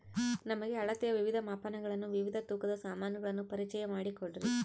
ನಮಗೆ ಅಳತೆಯ ವಿವಿಧ ಮಾಪನಗಳನ್ನು ವಿವಿಧ ತೂಕದ ಸಾಮಾನುಗಳನ್ನು ಪರಿಚಯ ಮಾಡಿಕೊಡ್ರಿ?